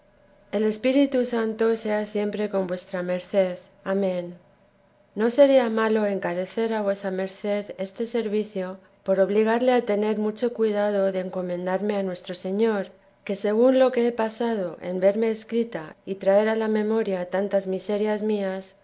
el espíritu santo sea siempre con vuesa merced amén no sería malo encarecer a vuesa merced este servicio por obligarle a tener mucho cuidado de encomendarme a nuestro señor que según lo que he pasado en verme escrita y traer a la memoria tantas miserias mías